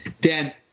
Dan